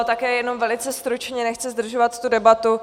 Také jenom velice stručně, nechci zdržovat debatu.